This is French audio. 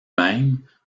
même